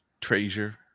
Treasure